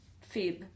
fib